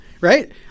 right